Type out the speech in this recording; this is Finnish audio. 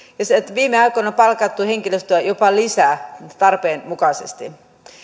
viime aikoina on palkattu henkilöstöä jopa lisää tarpeen mukaisesti